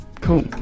Cool